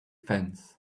fence